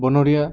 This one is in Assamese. বনৰীয়া